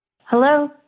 Hello